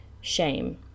shame